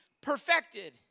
perfected